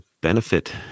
benefit